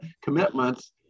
commitments